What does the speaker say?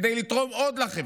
כדי לתרום עוד לחברה,